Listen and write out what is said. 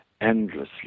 endlessly